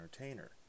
entertainer